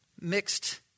mixed